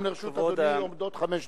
גם לרשות אדוני עומדות חמש דקות.